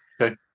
Okay